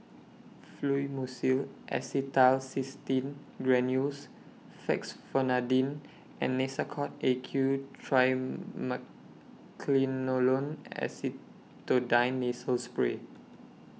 Fluimucil Acetylcysteine Granules Fexofenadine and Nasacort A Q Acetonide Nasal Spray